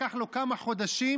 לקח לו כמה חודשים,